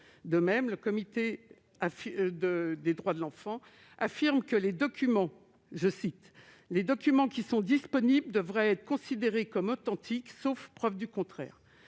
De même, le Comité des droits de l'enfant des Nations unies affirme que les documents qui sont disponibles devraient être considérés comme authentiques, sauf preuve du contraire.